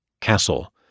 Castle